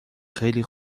خیلی